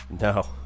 No